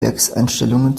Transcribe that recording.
werkseinstellungen